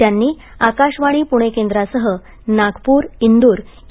त्यांनी आकाशवाणी पुणे केंद्रासह नागूपर इंदूर इ